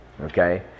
Okay